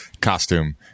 costume